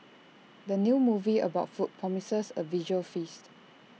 the new movie about food promises A visual feast